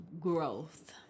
growth